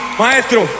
Maestro